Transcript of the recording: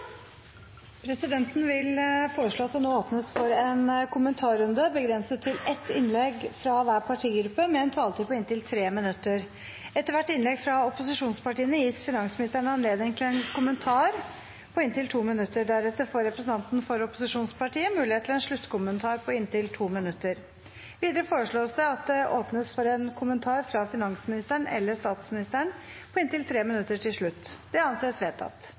Presidenten vil foreslå at det nå åpnes for en kort kommentarrunde begrenset til ett innlegg fra hver partigruppe med en taletid på inntil 3 minutter. Etter hvert innlegg fra opposisjonspartiene gis finansministeren anledning til en kommentar på inntil 2 minutter. Deretter får representanten for opposisjonspartiet mulighet til en sluttkommentar på inntil 2 minutter. Videre foreslås det at det åpnes for en kommentar fra finansministeren eller statsministeren på inntil 3 minutter til slutt. – Det anses vedtatt.